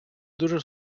дуже